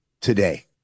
today